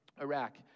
Iraq